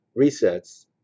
resets